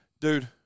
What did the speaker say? Dude